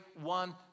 one